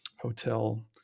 hotel